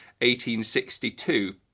1862